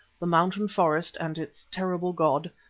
the mountain forest and its terrible god,